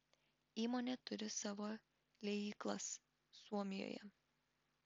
įmonė turi savo liejyklas suomijoje